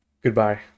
Goodbye